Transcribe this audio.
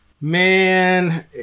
Man